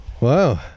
Wow